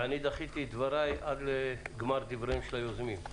דחיתי את דבריי עד לגמר הדברים של היוזמים.